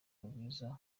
rwiza